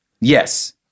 Yes